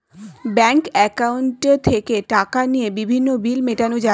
bank অ্যাকাউন্টে থেকে টাকা নিয়ে বিভিন্ন বিল মেটানো যায়